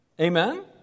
Amen